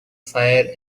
fire